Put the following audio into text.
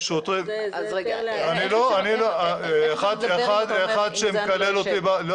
זה --- אחד שמקלל אותי --- איך אפשר